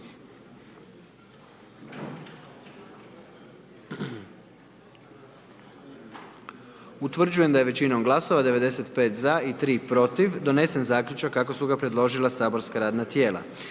Utvrđujem da je jednoglasno, 80 glasova za, donijet zaključak kako su ga predložila saborska radna tijela.